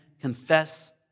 confess